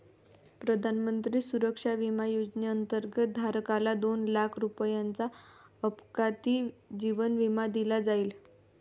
प्रधानमंत्री सुरक्षा विमा योजनेअंतर्गत, धारकाला दोन लाख रुपयांचा अपघाती जीवन विमा दिला जाईल